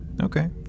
okay